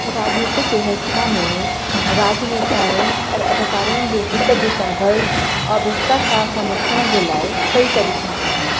राॼनितिक वयव्स्था में राजनेता आहिनि और अधिकारियुनि जे हित जे संघर्ष और भ्रष्टाचार सां निपटण जे लाइ कई तरीक़ा आहिनि